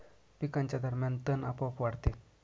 पिकांच्या दरम्यान तण आपोआप वाढते